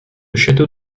château